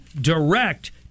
direct